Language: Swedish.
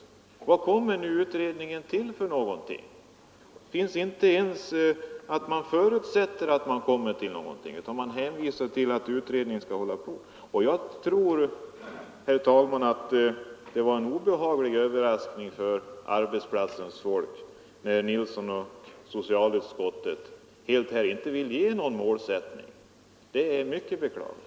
Vad kommer nu utredningen till? Det står inte ens att man förutsätter att den kommer till någonting, utan man hänvisar till att utredningen skall hålla på. Jag tror, herr talman, att det var en obehaglig överraskning för arbetsplatsernas folk när herr Nilsson och socialutskottet inte ville ange någon målsättning. Det är mycket beklagligt.